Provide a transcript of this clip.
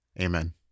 Amen